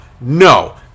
no